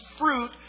fruit